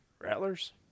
Rattlers